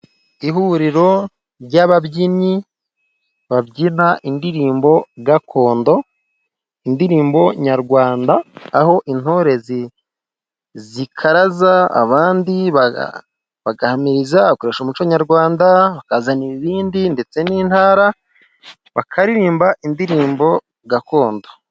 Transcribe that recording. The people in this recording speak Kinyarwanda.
Ihuriro ry'ababyinnyi babyina indirimbo gakondo, indirimbo nyarwanda aho intore zikaraza abandiganirizakoresha umuco nyarwanda, ukazana ibindi ndetse n'intara bakaririmba indirimbo gakondo.